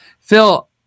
Phil